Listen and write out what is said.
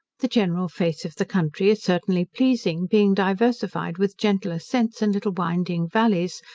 the general face of the country is certainly pleasing, being diversified with gentle ascents, and little winding vallies,